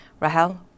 Rahel